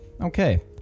Okay